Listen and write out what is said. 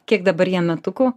kiek dabar jam metukų